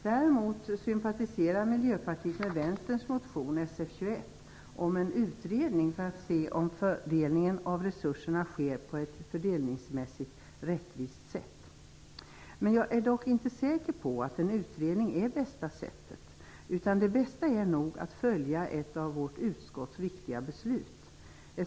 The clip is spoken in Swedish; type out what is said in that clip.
Däremot sympatiserar Miljöpartiet med förslaget i vänsterns motion, Sf21, om att tillsätta en utredning för att se om fördelningen av resurserna sker på ett fördelningsmässigt rättvist sätt. Men jag är dock inte säker på att en utredning är det bästa sättet. Det bästa är nog att följa ett av utskottets viktiga beslut.